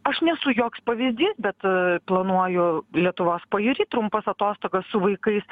aš nesu joks pavyzdys bet planuoju lietuvos pajūry trumpas atostogas su vaikais